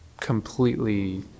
completely